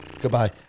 goodbye